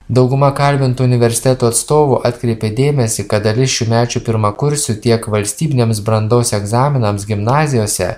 dauguma kalbintų universitetų atstovų atkreipė dėmesį kad dalis šiųmečių pirmakursių tiek valstybiniams brandos egzaminams gimnazijose